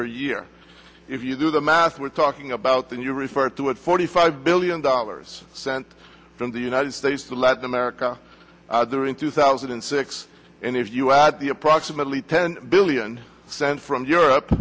per year if you do the math we're talking about then you refer to it forty five billion dollars sent from the united states to lead america there in two thousand and six and if you add the approximately ten billion sent from europe